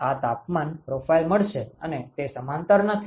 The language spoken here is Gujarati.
તેથી તમને આ તાપમાન પ્રોફાઇલ મળશે અને તે સમાંતર નથી